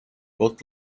both